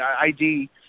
ID